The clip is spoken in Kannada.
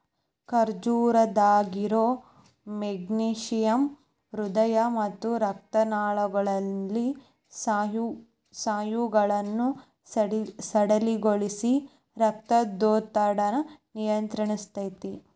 ಖರ್ಜೂರದಾಗಿರೋ ಮೆಗ್ನೇಶಿಯಮ್ ಹೃದಯ ಮತ್ತ ರಕ್ತನಾಳಗಳಲ್ಲಿನ ಸ್ನಾಯುಗಳನ್ನ ಸಡಿಲಗೊಳಿಸಿ, ರಕ್ತದೊತ್ತಡನ ನಿಯಂತ್ರಸ್ತೆತಿ